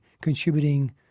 contributing